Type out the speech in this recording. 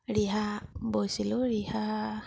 ৰিহা বৈছিলোঁ ৰিহা